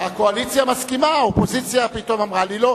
הקואליציה מסכימה, האופוזיציה פתאום אמרה לי "לא".